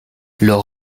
leurs